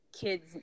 kids